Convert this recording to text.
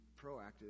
proactive